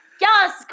yes